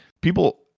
people